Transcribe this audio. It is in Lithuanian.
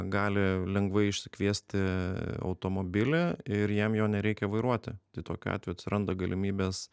gali lengvai išsikviesti automobilį ir jam jo nereikia vairuoti tai tokiu atveju atsiranda galimybės